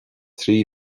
trí